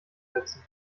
setzen